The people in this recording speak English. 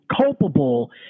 culpable